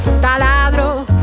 taladro